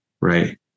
right